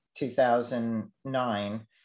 2009